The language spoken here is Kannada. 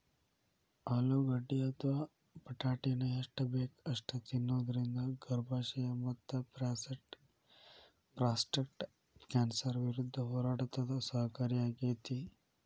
ಆಲೂಗಡ್ಡಿ ಅಥವಾ ಬಟಾಟಿನ ಎಷ್ಟ ಬೇಕ ಅಷ್ಟ ತಿನ್ನೋದರಿಂದ ಗರ್ಭಾಶಯ ಮತ್ತಪ್ರಾಸ್ಟೇಟ್ ಕ್ಯಾನ್ಸರ್ ವಿರುದ್ಧ ಹೋರಾಡಕ ಸಹಕಾರಿಯಾಗ್ಯಾತಿ